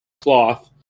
cloth